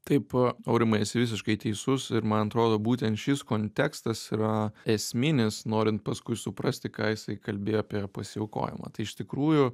taip aurimai esi visiškai teisus ir man atrodo būtent šis kontekstas yra esminis norint paskui suprasti ką jisai kalbėjo apie pasiaukojimą tai iš tikrųjų